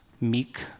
meek